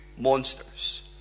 Monsters